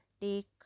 take